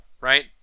right